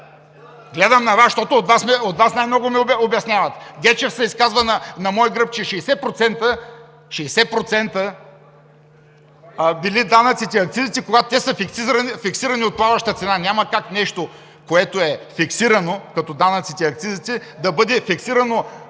Гледам към Вас, защото от Вас най-много ми обясняват. Гечев се изказва на мой гръб, че 60% – 60% били данъците и акцизите, когато те са фиксирани от плаваща цена. Няма как нещо, което е фиксирано, като данъците и акцизите, да бъде фиксирано